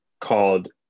called